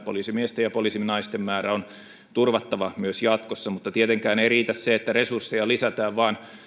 poliisimiesten ja poliisinaisten määrä on turvattava myös jatkossa mutta tietenkään ei riitä se että resursseja lisätään vaan